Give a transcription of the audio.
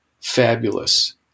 Fabulous